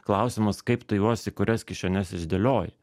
klausimas kaip tu juos į kurias kišenes įsidėlioji